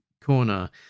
corner